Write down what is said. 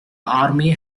army